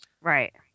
Right